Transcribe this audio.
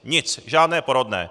Nic, žádné porodné.